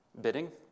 bidding